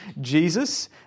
Jesus